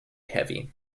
heavy